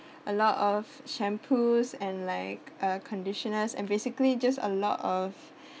a lot of shampoos and like uh conditioners and basically just a lot of